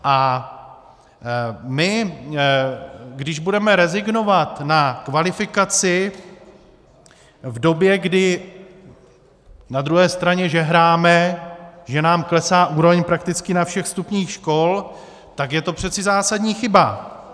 A když budeme rezignovat na kvalifikaci v době, kdy na druhé straně žehráme, že nám klesá úroveň prakticky na všech stupních škol, tak je to přeci zásadní chyba.